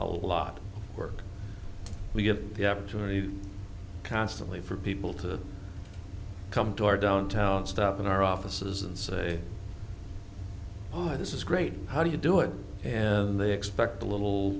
a lot of work to get the opportunity to constantly for people to come to our downtown stop in our offices and say hi this is great how do you do it and they expect a little